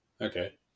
Okay